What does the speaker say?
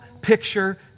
picture